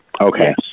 Okay